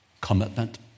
commitment